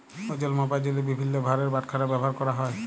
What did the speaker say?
ওজল মাপার জ্যনহে বিভিল্ল্য ভারের বাটখারা ব্যাভার ক্যরা হ্যয়